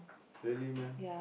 really meh